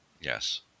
Yes